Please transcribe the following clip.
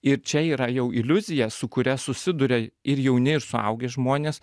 ir čia yra jau iliuzija su kuria susiduria ir jauni ir suaugę žmonės